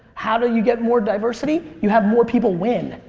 how do you get more diversity? you have more people win.